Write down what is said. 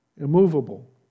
Immovable